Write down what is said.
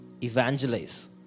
evangelize